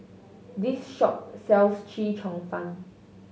this shop sells Chee Cheong Fun